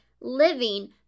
living